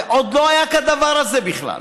שעוד לא היה כדבר הזה בכלל,